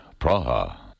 Praha